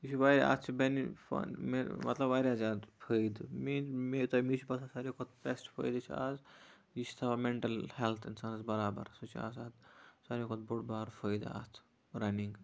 یہِ چھُ واریاہ اَتھ چھُ مطلب واریاہ زیادٕ فٲیدٕ مےٚ ہٮ۪ژٕے مےٚ چھُ باسان ساروی کھۄتہٕ بیسٹ فٲیدٕ چھُ آز یہِ چھُ تھاوان مینٹَل ہٮ۪لتھ اِنسانَس برابر سُہ چھُ آسان ساروی کھۄتہٕ بوٚڑ بارٕ فٲیدٕ اکھ رَننٛگ